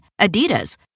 Adidas